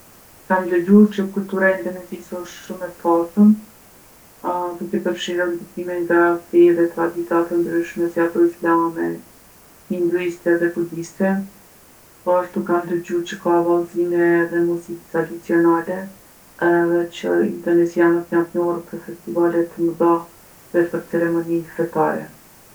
Kam ndëgju që kultura e Indonezisë osht shumë e pasun, duke përfshirë edhe ndikime nga fe dhe tradita të ndryshme, si ato islame, hinduiste edhe budiste. Poashtu kam ndëgju që ka vallzime edhe muzikë tradicionale edhe që indonezijanët janë t'njohur për festivale të mdha dhe për ceremoni fetare.